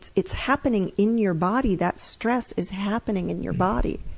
it's happening in your body. that stress is happening in your body.